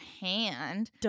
hand